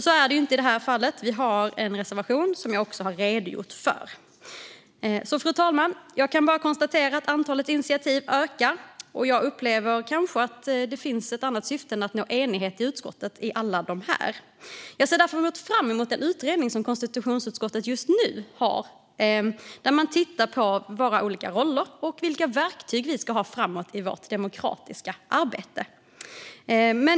Så är det inte i det här fallet; vi har en reservation, som jag har redogjort för. Fru talman! Jag kan konstatera att antalet utskottsinitiativ ökar, och jag upplever att det kanske finns ett annat syfte än att nå enighet i utskottet. Jag ser därför fram emot den utredning som konstitutionsutskottet just nu har och där man tittar på våra olika roller och vilka verktyg vi ska ha framåt i vårt demokratiska arbete.